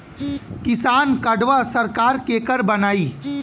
किसान कार्डवा सरकार केकर बनाई?